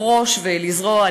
לחרוש ולזרוע,